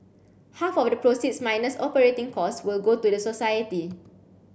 half of the proceeds minus operating costs will go to the society